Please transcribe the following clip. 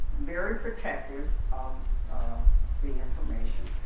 very protective of the information.